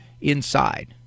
inside